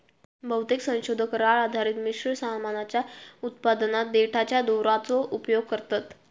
बहुतेक संशोधक राळ आधारित मिश्र सामानाच्या उत्पादनात देठाच्या दोराचो उपयोग करतत